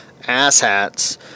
asshats